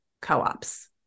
co-ops